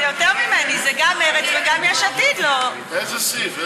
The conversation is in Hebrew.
זה יותר ממני, גם מרצ וגם יש עתיד לא, באיזה סעיף?